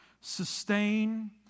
sustain